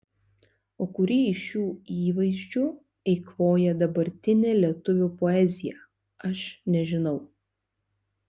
o kurį iš šių įvaizdžių eikvoja dabartinė lietuvių poezija aš nežinau